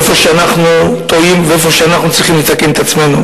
איפה אנחנו טועים ואיפה אנחנו צריכים לתקן את עצמנו,